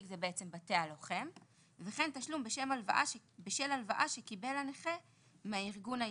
וכן תשלום בשל הלוואה שקיבל הנכה מהארגון היציג".